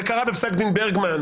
זה קרה בפסק דין ברגמן,